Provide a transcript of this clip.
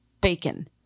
Bacon